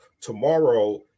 tomorrow